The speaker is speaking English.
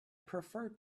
prefer